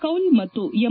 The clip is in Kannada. ಕೌಲ್ ಮತ್ತು ಎಂ